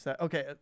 Okay